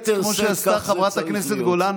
כמו שאמרה חברת הכנסת גולן,